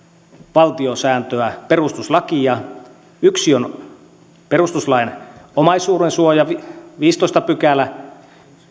valtiosääntöä perustuslakia yksi on perustuslain omaisuudensuoja viidestoista pykälä